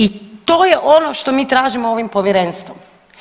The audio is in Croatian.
I to je ono što mi tražimo ovim povjerenstvom.